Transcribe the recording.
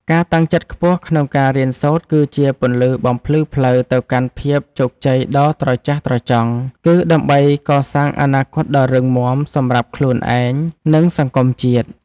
ការតាំងចិត្តខ្ពស់ក្នុងការរៀនសូត្រគឺជាពន្លឺបំភ្លឺផ្លូវទៅកាន់ភាពជោគជ័យដ៏ត្រចះត្រចង់ គឺ ដើម្បីកសាងអនាគតដ៏រឹងមាំសម្រាប់ខ្លួនឯង និង សង្គមជាតិ។